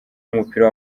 w’umupira